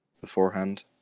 beforehand